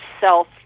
self